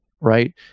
right